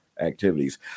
activities